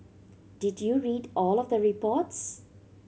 did you read all of the reports